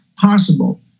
possible